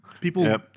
people